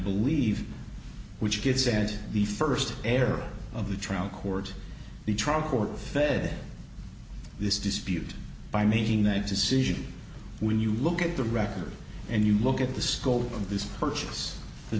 believe which gets answered the first era of the trial court the trial court fed this dispute by making that decision when you look at the record and you look at the scope of this purchase the